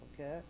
Okay